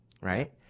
right